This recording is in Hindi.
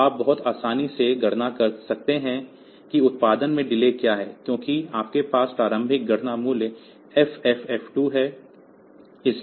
तो आप बहुत आसानी से गणना कर सकते हैं कि उत्पादन में डिले क्या है क्योंकि आपके पास प्रारंभिक गणना मूल्य FFF2 है